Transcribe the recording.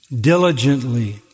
Diligently